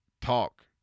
talk